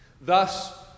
Thus